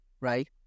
right